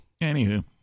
Anywho